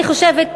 אני חושבת,